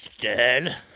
dead